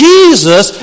Jesus